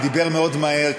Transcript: הוא דיבר מאוד מהר,